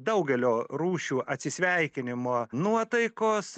daugelio rūšių atsisveikinimo nuotaikos